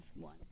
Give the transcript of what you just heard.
one